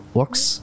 works